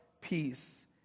peace